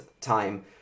time